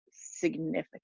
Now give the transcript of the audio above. significant